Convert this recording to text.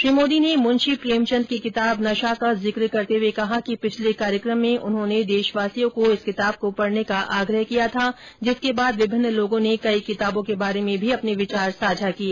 श्री मोदी ने मृंशी प्रेमचन्द की किताब नशा का जिक्र करते हुए कहा कि पिछले कार्यक्रम में उन्होंने देशवासियों को इस किताब को पढ़ने का आग्रह किया था जिसके बाद विभिन्न लोगों ने कई किताबों के बारे में भी अपने विचार साझा किए